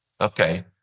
Okay